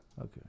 Okay